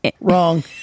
wrong